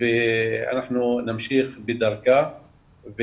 ואנחנו נמשיך בדרכה.